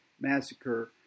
Massacre